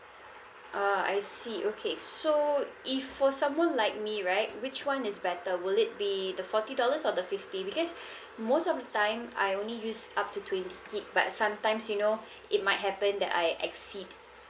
ah I see okay so if for someone like me right which one is better will it be the forty dollars or the fifty because most of the time I only use up to twenty gig but sometimes you know it might happen that I exceed